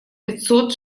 пятьсот